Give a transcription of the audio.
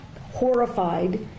horrified